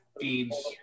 feeds